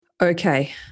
Okay